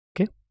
Okay